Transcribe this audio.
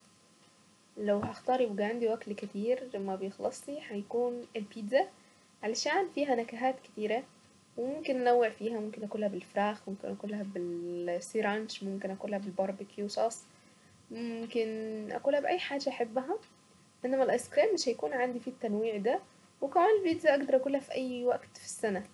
لو هختار يبقى عندي اكل كثير مبيخلصش، هيكون البيتزا علشان فيها نكهات كتيرة، وممكن ننوع فيها، ممكن ناكلها بالفراخ، وممكن ناكلها بالسيرانش، ممكن اكلها بالباربكيو صوص، ممكن اكلها باي حاجة احبها، انما الايس كريم مش هيكون عندي فيه التنويع ده، وكمان البيتزا اقدر اكلها في اي وقت في السنة.